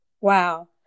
Wow